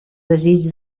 desig